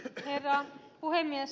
herra puhemies